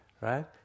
Right